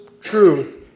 truth